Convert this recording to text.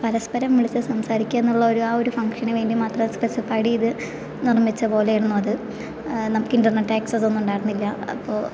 പരസ്പരം വിളിച്ച് സംസാരിക്കാമെന്നുള്ള ആ ആ ഒരു ഫങ്ഷന് വേണ്ടി മാത്രം സ്പെസിഫെയിഡ് ചെയ്ത് നിർമ്മിച്ച പോലെ ആയിരുന്നു അത് നമുക്ക് ഇൻ്റർനെറ്റ് ആക്സെസ്സൊന്നും ഉണ്ടായിരുന്നില്ല അപ്പോൾ